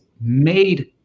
made